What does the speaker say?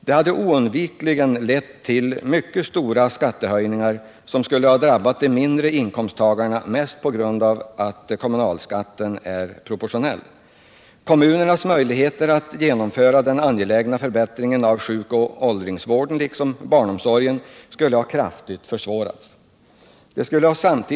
Det hade oundvikligen lett till mycket stora skattehöjningar, vilket skulle ha drabbat de mindre inkomsttagarna mest på grund av att kommunalskatten är proportionell. Kommunernas möjligheter att genomföra den angelägna förbättringen av sjukoch åldringsvården liksom barnomsorgen skulle ha kraftigt försvårats.